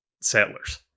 settlers